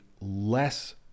less